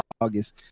August